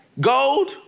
gold